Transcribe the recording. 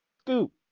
scoop